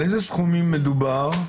על איזה סכומים מדובר?